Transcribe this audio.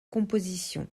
compositions